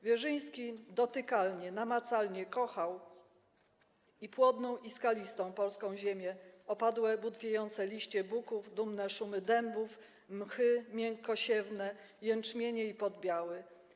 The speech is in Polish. Wierzyński dotykalnie, namacalnie kochał i płodną, i skalistą polską ziemię, opadłe, butwiejące liście buków, dumne szumy dębów, „mchy miękkosiewne”, jęczmienie i podbiały.